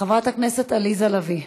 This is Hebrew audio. חברת הכנסת עליזה לביא,